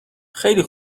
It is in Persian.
خیلی